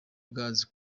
gas